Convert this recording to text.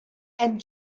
and